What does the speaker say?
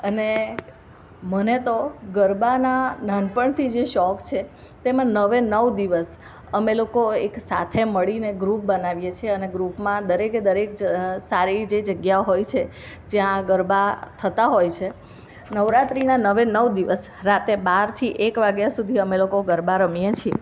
અને મને તો ગરબાના નાનપણથી જ શોખ છે તેમાં નવે નવ દિવસ અમે લોકો એક સાથે મળીને એક ગ્રુપ બનાવીએ છીએ અને ગ્રુપમાં દરેકે દરેક જ સારી જે જગ્યા હોય છે જ્યાં આ ગરબા થતા હોય છે નવરાત્રીના નવે નવ દિવસ રાતે બારથી એક વાગ્યા સુધી અમે ગરબા રમીયે છીએ